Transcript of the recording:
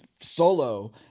Solo